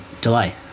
delay